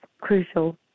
crucial